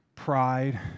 pride